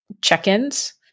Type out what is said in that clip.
check-ins